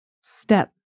step